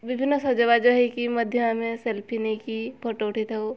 ବିଭିନ୍ନ ସଜବାଜ ହେଇକି ମଧ୍ୟ ଆମେ ସେଲଫି୍ ନେଇକି ଫଟୋ ଉଠାଇଥାଉ